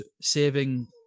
saving